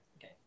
Okay